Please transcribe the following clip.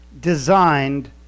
designed